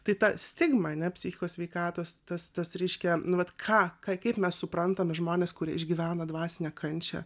tai ta stigma ane psichikos sveikatos tas tas reiškia nu vat ką kaip mes suprantam žmones kurie išgyvena dvasinę kančią